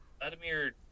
Vladimir